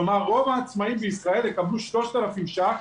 כלומר, רוב העצמאים בישראל יקבלו 3,000 שקלים.